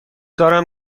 دارم